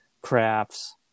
crafts